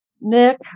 Nick